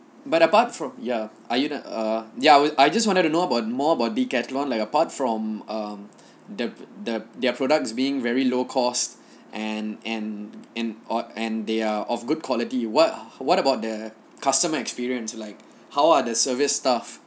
but apart from ya are you uh ya I just wanted to know about more about decathlon like apart from um the the their products being very low cost and and in o~ and they are of good quality what what about the customer experience like how are the service staff